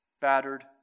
Battered